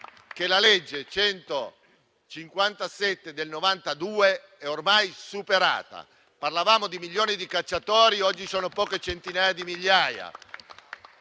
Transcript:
che la legge n. 157 del 1992 è ormai superata. Parlavamo di milioni di cacciatori mentre oggi sono poche centinaia di migliaia.